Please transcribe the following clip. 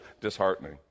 disheartening